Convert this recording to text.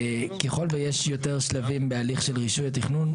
שככל ויש יותר שלבים בהליך של רישוי התכנון,